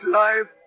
life